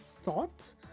thought